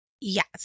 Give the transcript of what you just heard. Yes